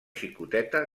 xicoteta